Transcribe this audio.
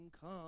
come